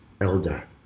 elder